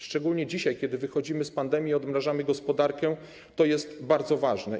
Szczególnie dzisiaj, kiedy wychodzimy z pandemii i odmrażamy gospodarkę, to jest bardzo ważne.